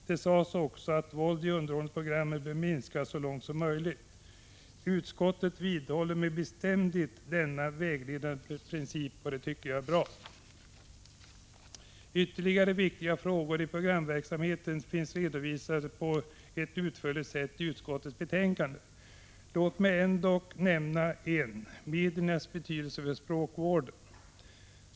Det sades också att våldet i underhållningsprogrammen bör minskas så långt det är möjligt. Utskottet vidhåller med bestämdhet denna vägledande princip, och det tycker jag är bra. Även andra viktiga frågor i programverksamheten finns utförligt redovisade i utskottets betänkande. Låt mig ändå nämna ytterligare en fråga. Det gäller mediernas betydelse för språkvården.